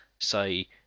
say